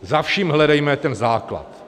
Za vším hledejme ten základ.